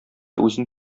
үзен